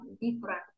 different